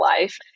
life